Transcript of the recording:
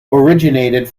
originated